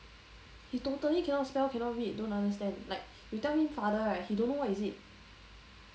he totally cannot spell cannot read don't understand like you tell him father right he don't know what is it